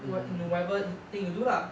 in what in whatever thing you do lah